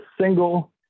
single